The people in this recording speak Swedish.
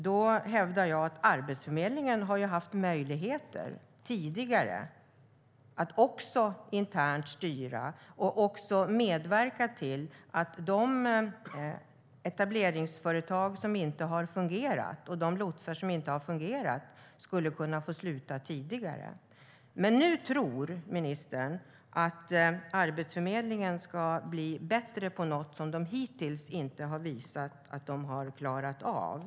Då hävdar jag att Arbetsförmedlingen har haft möjligheter tidigare att styra internt och också medverka till att de etableringsföretag och lotsar som inte har fungerat hade kunnat få sluta tidigare. Men nu tror ministern att Arbetsförmedlingen ska bli bättre på något som de inte hittills har visat att de har klarat av.